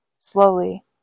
Slowly